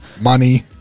money